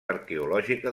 arqueològica